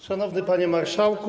Szanowny Panie Marszałku!